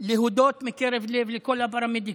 להודות מקרב לב לכל הפרמדיקים,